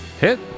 Hit